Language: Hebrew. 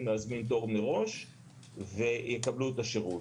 להזמין תור מראש ויקבלו את השרות.